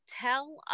tell